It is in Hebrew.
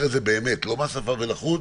אני אומר באמת, לא מהשפה ולחוץ,